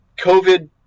COVID